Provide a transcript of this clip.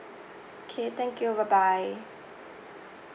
K thank you bye bye